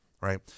Right